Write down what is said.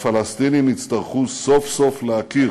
הפלסטינים יצטרכו סוף-סוף להכיר